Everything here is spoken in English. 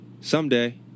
someday